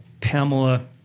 Pamela